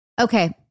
Okay